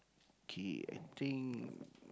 okay I think